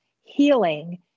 healing